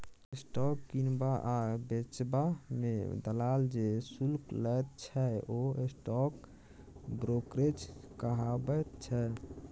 stock किनबा आ बेचबा मे दलाल जे शुल्क लैत छै ओ स्टॉक ब्रोकरेज कहाबैत छै